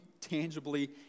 tangibly